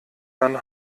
jan